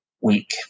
week